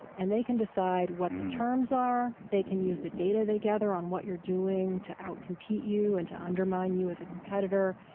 and they can decide what the terms are, they can use the data they gather on what you're doing to out compete you and to undermine you as a competitor.